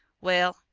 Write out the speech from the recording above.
well,